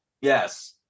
yes